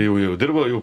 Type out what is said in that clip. jau dirba jau